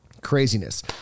Craziness